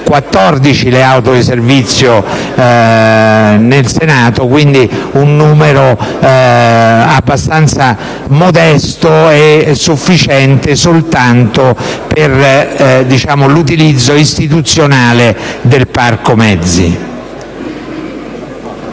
Senato sono 14: si tratta di un numero abbastanza modesto, e sufficiente soltanto per l'utilizzo istituzionale del parco mezzi.